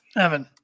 Evan